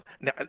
Now